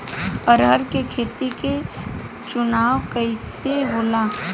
अरहर के खेत के चुनाव कइसे होला?